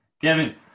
Kevin